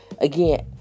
again